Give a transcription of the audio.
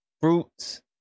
fruits